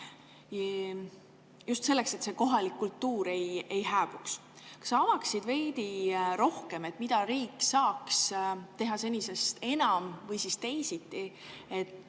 just selleks, et kohalik kultuur ei hääbuks. Kas sa avaksid veidi rohkem, mida riik saab teha senisest enam või teisiti, et